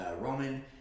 Roman